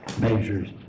measures